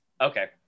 Okay